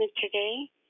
today